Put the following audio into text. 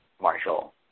Marshall